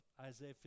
Isaiah